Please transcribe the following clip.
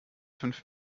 fünf